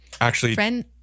Actually-